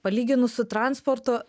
palyginus su transportu